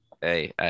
Hey